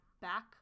Back